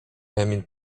emil